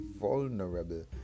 vulnerable